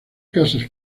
casas